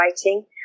writing